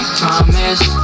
promise